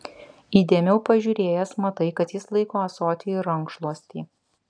įdėmiau pažiūrėjęs matai kad jis laiko ąsotį ir rankšluostį